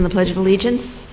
in the pledge of allegiance